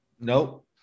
Nope